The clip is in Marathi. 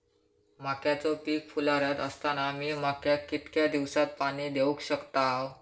मक्याचो पीक फुलोऱ्यात असताना मी मक्याक कितक्या दिवसात पाणी देऊक शकताव?